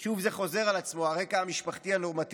שוב, זה חוזר על עצמו, הרקע המשפחתי הנורמטיבי,